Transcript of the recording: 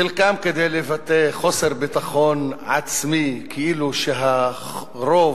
חלקם כדי לבטא חוסר ביטחון עצמי, כאילו הרוב,